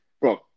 Bro